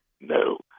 No